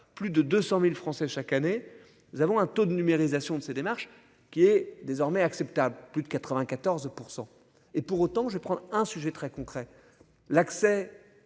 plus de 200.000 Français chaque année, nous avons un taux de numérisation de ces démarches qui est désormais acceptable. Plus de 94% et pour autant, je prends un sujet très concrets. L'accès.